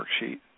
Worksheet